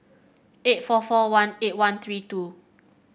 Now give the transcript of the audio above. eight four four one eight one three two